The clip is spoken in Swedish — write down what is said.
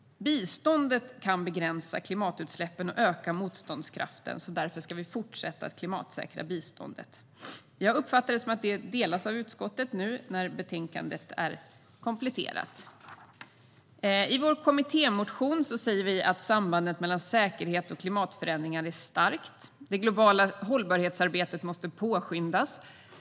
Biståndet kan begränsa klimatutsläppen och öka motståndskraften. Därför ska vi fortsätta klimatsäkra biståndet. Jag uppfattar det som att detta delas av utskottet, nu när betänkandet är kompletterat. I vår kommittémotion säger vi att sambandet mellan säkerhet och klimatförändringar är starkt och att det globala hållbarhetsarbetet måste påskyndas.